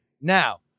Now